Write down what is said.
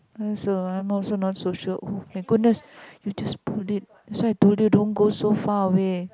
ya so I'm also not so sure oh-my-goodness you just pulled it that's why I told you don't go so far away